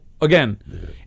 again